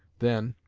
then,